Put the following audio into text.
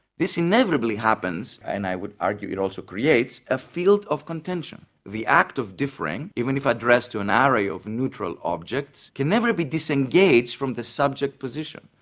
this inevitably happens, and i would argue it also creates, a field of contention the act of differing, even if addressed to an array of neutral objects, can never be disengaged from the subject position.